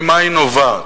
ממה היא נובעת?